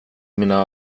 mina